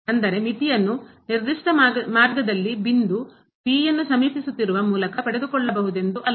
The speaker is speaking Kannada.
ಅಂದರೆ ಮಿತಿಯನ್ನು ನಿರ್ದಿಷ್ಟ ಮಾರ್ಗದಲ್ಲಿ ಬಿಂದು ಯನ್ನು ಸಮೀಪಿಸುತ್ತಿರುವ ಮೂಲಕ ಪಡೆದುಕೊಳ್ಳಬಹುದೆಂದು ಅಲ್ಲ